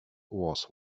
was